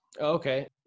Okay